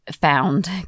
found